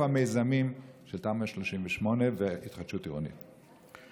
המיזמים של תמ"א 38 וההתחדשות עירונית?